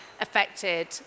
affected